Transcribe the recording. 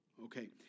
Okay